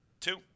Two